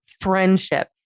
friendship